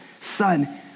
son